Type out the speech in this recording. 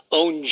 own